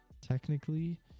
technically